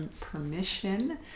permission